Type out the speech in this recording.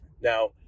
Now